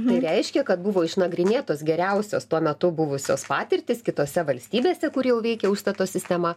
tai reiškia kad buvo išnagrinėtos geriausios tuo metu buvusios patirtys kitose valstybėse kur jau veikė užstato sistema